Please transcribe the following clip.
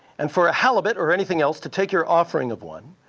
and for a halibut or anything else to take your offering of one,